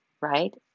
right